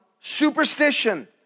superstition